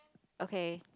okay